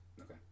Okay